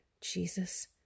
Jesus